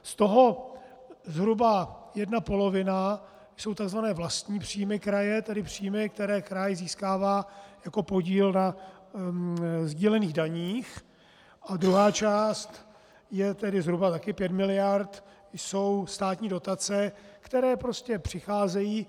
Z toho zhruba jedna polovina jsou takzvané vlastní příjmy kraje, tedy příjmy, které kraj získává jako podíl na sdílených daních, a druhá část, tedy zhruba také 5 miliard, jsou státní dotace, které prostě přicházejí.